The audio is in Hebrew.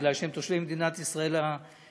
כי הם תושבי מדינת ישראל הרגילים,